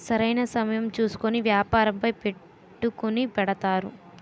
సరైన సమయం చూసుకొని వ్యాపారంపై పెట్టుకుని పెడతారు